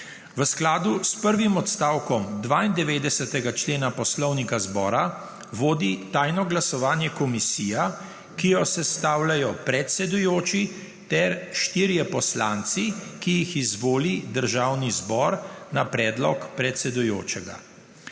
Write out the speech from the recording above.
V skladu s prvim odstavkom 92. člena Poslovnika Državnega zbora vodi tajno glasovanje komisija, ki jo sestavljajo predsedujoči ter štirje poslanci, ki jih izvoli državni zbor na predlog predsedujočega.